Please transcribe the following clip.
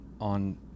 on